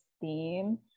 theme